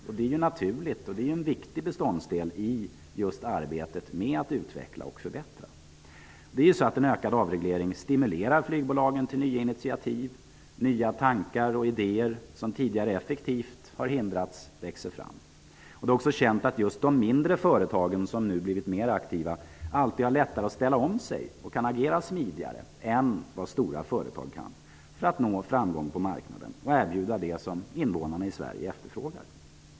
Detta är naturligt, och en viktig beståndsdel i just arbetet med att utveckla och förbättra. En ökad avreglering stimulerar ju flygbolagen till nya initiativ. Nya tankar och idéer, som tidigare effektivt har hindrats, växer fram. Det är också känt att just de mindre företagen, som numera är aktivare, alltid har lättare att ställa om sig och att de kan agera smidigare än stora företag när det gäller att nå framgång på marknaden och att erbjuda det som invånarna i Sverige efterfrågar.